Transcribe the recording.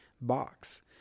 box